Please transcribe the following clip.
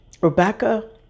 Rebecca